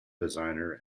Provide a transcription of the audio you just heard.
designer